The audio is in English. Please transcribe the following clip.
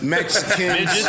Mexicans